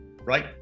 right